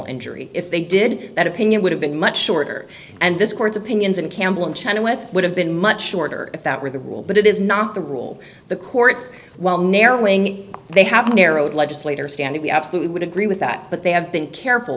injury if they did that opinion would have been much shorter and this court's opinions and campbell in china it would have been much shorter if that were the rule but it is not the rule the courts while narrowing they have narrowed legislator standing we absolutely would agree with that but they have been careful